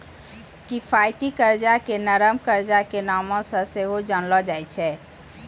किफायती कर्जा के नरम कर्जा के नामो से सेहो जानलो जाय छै